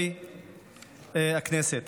וחברי הכנסת,